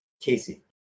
Casey